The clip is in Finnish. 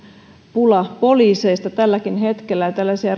pula poliiseista tälläkin hetkellä ja tällaisia